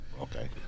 Okay